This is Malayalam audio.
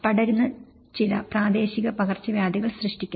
പടരുന്ന ചില പ്രാദേശിക പകർച്ചവ്യാധികൾ സൃഷ്ടിക്കുന്നത്